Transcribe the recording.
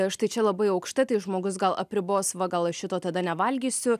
štai čia labai aukštai tai žmogus gal apribos va gal aš šito tada nevalgysiu